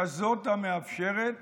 כזאת המאפשרת